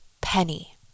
penny